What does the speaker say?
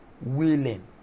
willing